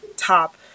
Top